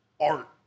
art